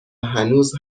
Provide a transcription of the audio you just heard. هنوز